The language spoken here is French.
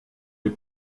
les